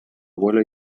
abuelo